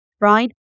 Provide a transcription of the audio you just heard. right